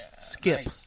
Skip